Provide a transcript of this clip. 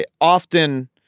often